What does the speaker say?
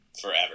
forever